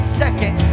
second